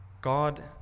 God